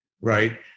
right